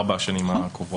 ארבע השנים הקרובות.